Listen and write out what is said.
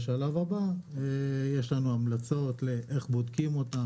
בשלב הבא יש לנו המלצות לאיך בודקים אותם,